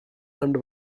and